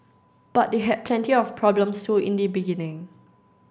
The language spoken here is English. but they had plenty of problems too in the beginning